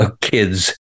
kids